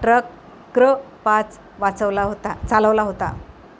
truck क्र पाच वाचवला होता चालवला होता